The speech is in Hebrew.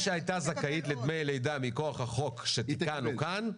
מי שהייתה זכאית לדמי לידה מכוח החוק שתיקנו כאן,